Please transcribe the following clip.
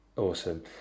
Awesome